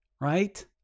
right